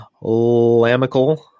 Lamical